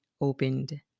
opened